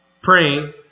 praying